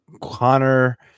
Connor